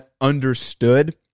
understood